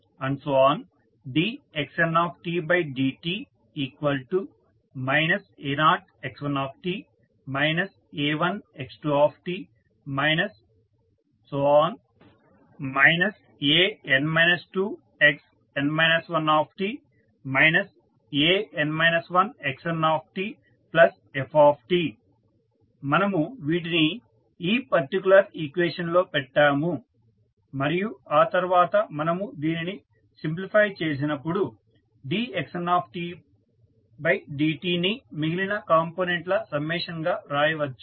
dxndt a0x1t a1x2t an 2xn 1t an 1xntf మనము వీటిని ఈ పర్టికులర్ ఈక్వేషన్ లో పెట్టాము మరియు ఆ తర్వాత మనము దీనిని సింప్లిఫై చేసినప్పుడు dxndtని మిగిలిన కంపోనెంట్ ల సమ్మేషన్ గా రాయవచ్చు